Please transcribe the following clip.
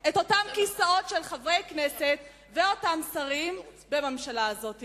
את אותם כיסאות של חברי כנסת ושרים בממשלה הזאת.